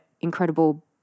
incredible